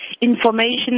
information